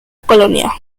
colonia